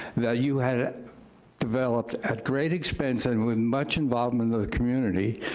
that you had developed at great expense and with much involvement of the community,